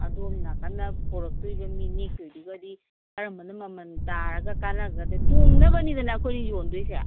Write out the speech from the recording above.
ꯑꯗꯣꯝꯅꯥꯀꯟꯅ ꯄꯣꯔꯛꯇꯣꯏꯕ ꯃꯤ ꯅꯦꯛꯇꯨꯏꯗꯨꯒꯗꯤ ꯀꯔꯝꯕꯅ ꯃꯃꯜ ꯇꯥꯔꯒ ꯀꯥꯟꯅꯒꯗ꯭ꯔ ꯇꯣꯡꯅꯕꯅꯤꯗꯅ ꯑꯩꯈꯣꯏꯅ ꯌꯣꯟꯗꯣꯏꯁꯦ